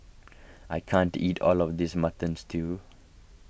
I can't eat all of this Mutton Stew